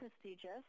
prestigious